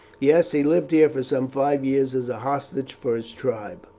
yes, he lived here for some five years as a hostage for his tribe.